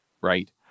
right